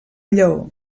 lleó